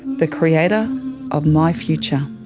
the creator of my future.